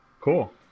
Cool